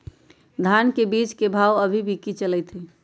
धान के बीज के भाव अभी की चलतई हई?